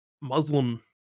Muslim